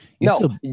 No